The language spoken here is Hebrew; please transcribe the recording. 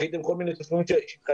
דחיתם כל מיני תשלומים שהתחייבתם,